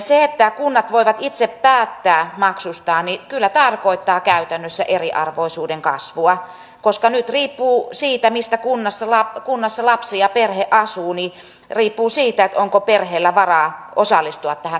se että kunnat voivat itse päättää maksustaan kyllä tarkoittaa käytännössä eriarvoisuuden kasvua koska nyt se onko perheellä varaa osallistua tähän kerhotoimintaan riippuu siitä missä kunnassa lapsi ja perhe asuunih riippuu siitä onko perheellä varaa osallistua asuu